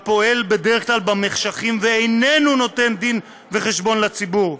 הפועל בדרך כלל במחשכים ואיננו נותן דין וחשבון לציבור.